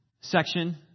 section